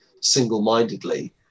single-mindedly